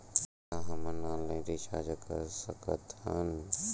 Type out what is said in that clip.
का हम online recharge कर सकत हन?